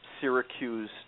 Syracuse